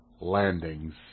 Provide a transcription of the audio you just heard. landings